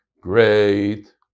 Great